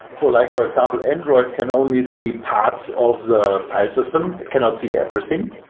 so like for example, android can only see parts of the file system. it cannot see everything.